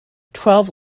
twelve